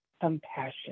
compassion